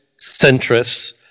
centrists